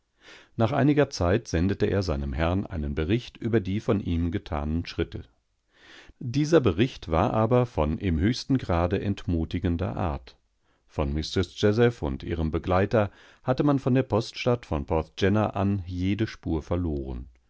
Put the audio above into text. nach einiger zeit sendete er seinem herrn einen bericht über die von ihm getanen schritte dieser bericht war aber von im höchsten grade entmutigender art von mistreß jazeph und ihrem begleiter hatte man von der poststadt von porthgenna an jede spur verloren